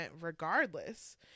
regardless